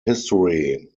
history